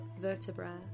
vertebra